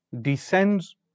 descends